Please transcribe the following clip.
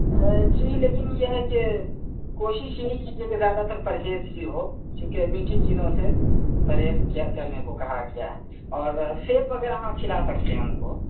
جی لیکن یہ ہے کہ کوشش یہی کیجیے کہ زیادہ تر پرہیز ہی ہو چونکہ میٹھی چیزوں سے پرہیز کیا کرنے کو کہا گیا ہے اور سیب وغیرہ ہاں کھلا سکتے ہیں ان کو